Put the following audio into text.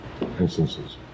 instances